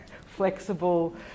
flexible